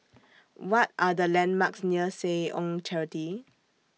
What Are The landmarks near Seh Ong Charity